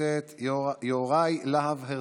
הכנסת יוראי להב הרצנו,